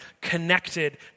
connected